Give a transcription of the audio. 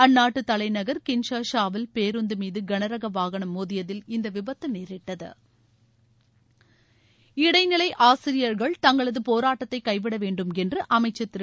அந்நாட்டு தலைநகர் கின்ஷா ஷாவில் பேருந்து மீது கனரக வாகனம் மோதியதில் இந்த விபத்து நேரிட்டது இளடநிலை ஆசியர்கள் தங்களது போராட்டத்தை கைவிட வேண்டும் என்று அமைச்சர் திரு